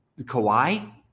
Kawhi